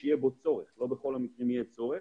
לא בכל המקרים יהיה צורך